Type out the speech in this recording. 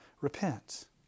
repent